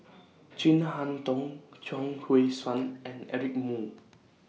Chin Harn Tong Chuang Hui Tsuan and Eric Moo